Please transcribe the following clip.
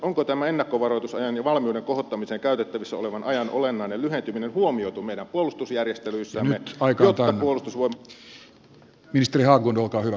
onko tämän ennakkovaroitusajan ja valmiuden kohottamiseen käytettävissä olevan ajan olennainen lyhentyminen huomioitu meidän puolustusjärjestelyissämme jotta puolustusvoimat